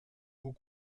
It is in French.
haut